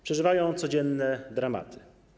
Przeżywają codzienne dramaty.